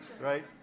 Right